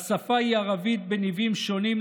השפה היא ערבית בניבים שונים,